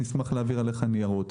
נשמח להעביר אליך ניירות.